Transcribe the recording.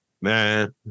Man